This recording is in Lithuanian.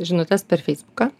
žinutės per feisbuką